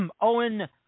Owen